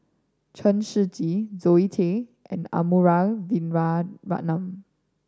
Chen Shiji Zoe Tay and Arumugam Vijiaratnam